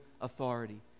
authority